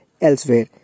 elsewhere